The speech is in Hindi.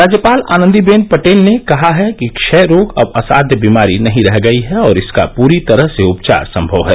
राज्यपाल आनंदीबेन पटेल ने कहा है कि क्षय रोग अब असाध्य बीमारी नहीं रह गयी है और इसका पूरी तरह से उपचार संभव है